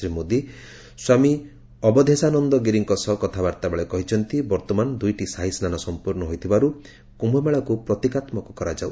ଶ୍ରୀ ମୋଦି ସ୍ୱାମୀ ଅବଧେଷାନନ୍ଦ ଗିରିଙ୍କ ସହ କଥାବାର୍ତ୍ତା ବେଳେ କହିଛନ୍ତି ଯେ ବର୍ତ୍ତମାନ ଦୁଇଟି ସାହି ସ୍ନାନ ସମ୍ପୂର୍ଣ୍ଣ ହୋଇଥିବାରୁ କୁୟମେଳାକୁ ପ୍ରତିକାତ୍ମକ କରାଯାଉ